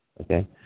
Okay